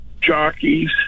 jockeys